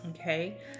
Okay